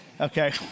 okay